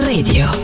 Radio